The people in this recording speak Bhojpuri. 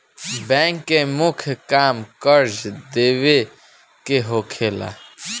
बैंक के मुख्य काम कर्जा देवे के होला